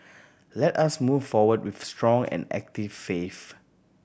let us move forward with strong and active faith